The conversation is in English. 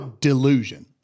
delusion